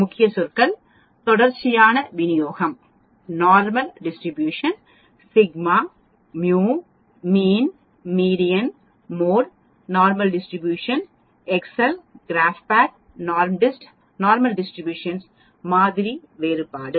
முக்கிய சொற்கள் தொடர்ச்சியான விநியோகம் normal distribution sigma mu mean median mode normal distribution Excel graph NORMDIST normal distribution மாதிரி மாறுபாடு